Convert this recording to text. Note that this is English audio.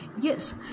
Yes